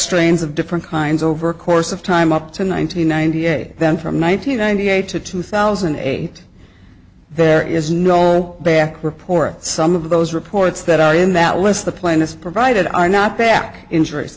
strains of different kinds over a course of time up to ninety ninety eight then from ninety ninety eight to two thousand and eight there is no back report some of those reports that are in that list the plaintiffs provided are not back injuries